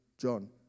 John